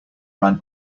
ran